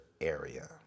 area